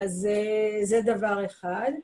זה זה דבר אחד.